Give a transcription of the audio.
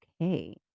okay